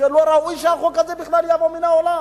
שלא ראוי שהחוק הזה בכלל יבוא לעולם.